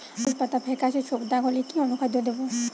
আলুর পাতা ফেকাসে ছোপদাগ হলে কি অনুখাদ্য দেবো?